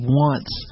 wants